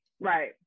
Right